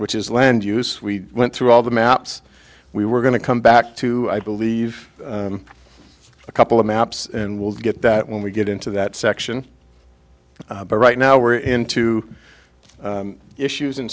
which is land use we went through all the maps we were going to come back to i believe a couple of maps and we'll get that when we get into that section but right now we're into issues